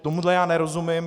Tomu já nerozumím.